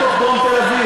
לתוך דרום תל-אביב.